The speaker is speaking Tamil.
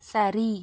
சரி